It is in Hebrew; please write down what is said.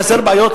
חסרות לנו בעיות?